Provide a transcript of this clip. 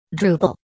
Drupal